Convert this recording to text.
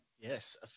Yes